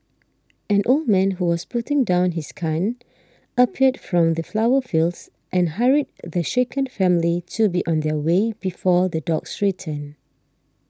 an old man who was putting down his gun appeared from the sunflower fields and hurried the shaken family to be on their way before the dogs return